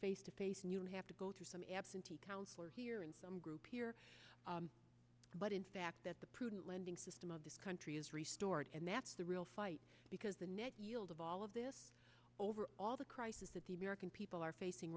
face to face and you have to go through some absentee councilor here and some group here but in fact that the prudent lending system of this country is restart and that's the real fight because the net yield of all of this over all the crisis that the american people are facing